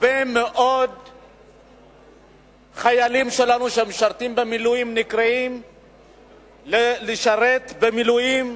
הרבה מאוד חיילים שלנו שמשרתים במילואים נקראים לשרת במילואים